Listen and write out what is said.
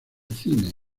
cine